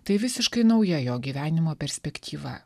tai visiškai nauja jo gyvenimo perspektyva